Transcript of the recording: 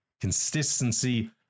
consistency